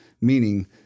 meaning